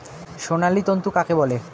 সোনালী তন্তু কাকে বলে?